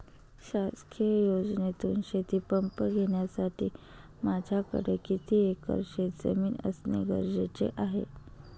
शासकीय योजनेतून शेतीपंप घेण्यासाठी माझ्याकडे किती एकर शेतजमीन असणे गरजेचे आहे?